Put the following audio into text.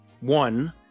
one